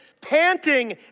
panting